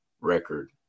record